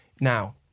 Now